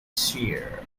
sphere